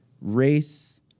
race